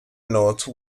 note